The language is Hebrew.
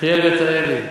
חיאל בית האלי.